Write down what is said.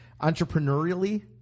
entrepreneurially